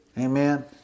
Amen